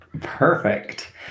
Perfect